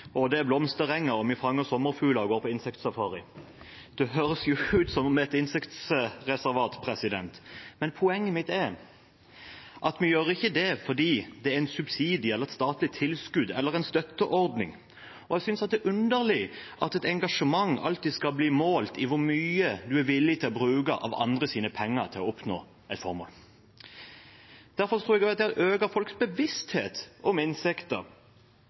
Det er blomsterenger, vi fanger sommerfugler og går på insektsafari. Det høres jo ut som et insektreservat. Men poenget mitt er at vi gjør ikke det fordi det er en subsidie eller et statlig tilskudd eller en støtteordning. Jeg synes det er underlig at et engasjement alltid skal bli målt i hvor mye en er villig til å bruke av andres penger til å oppnå et formål. Derfor tror jeg at det å øke folks bevissthet om